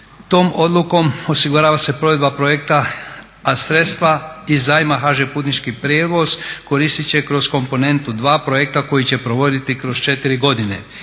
Tom odlukom osigurava se provedba projekta, a sredstva iz zajma HŽ Putnički prijevoz koristit će kroz komponentu 2 projekta koji će provoditi kroz 4 godine.